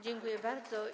Dziękuję bardzo.